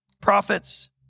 prophets